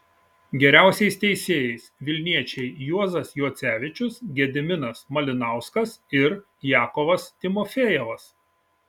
geriausiais teisėjais vilniečiai juozas juocevičius gediminas malinauskas ir jakovas timofejevas